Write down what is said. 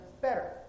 better